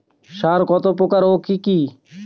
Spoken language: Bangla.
সার কত প্রকার ও কি কি?